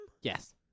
Yes